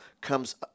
comes